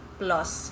plus